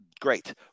Great